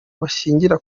bashingira